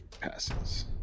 passes